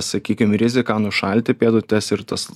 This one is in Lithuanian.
sakykim riziką nušalti pėdutes ir tas